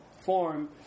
form